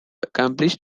accomplished